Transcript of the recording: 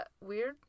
Weird